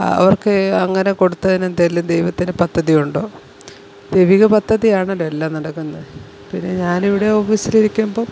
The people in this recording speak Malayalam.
അവർക്ക് അങ്ങനെ കൊടുത്തതിനെന്തേലും ദൈവത്തിൻ്റെ പദ്ധ്തിയുണ്ടോ ദൈവിക പദ്ധതിയാണല്ലോ എല്ലാം നടക്കുന്നെ പിന്നെ ഞാനിവിടെ ഓഫീസിലിരിക്കുമ്പോള്